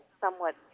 somewhat